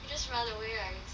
just run away right